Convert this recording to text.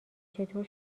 چطور